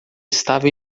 estava